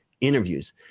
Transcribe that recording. interviews